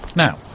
now,